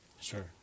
Sure